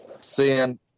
seeing